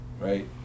right